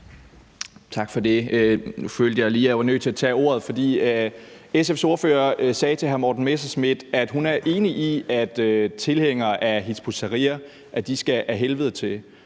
Tak for det. Nu følte jeg lige, jeg var nødt til at tage ordet, for SF's ordfører sagde til hr. Morten Messerschmidt, at hun er enig i, at tilhængere af Hizb ut-Tahrir skal ad helvede til.